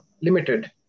limited